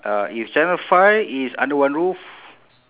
uh if channel five it's under one roof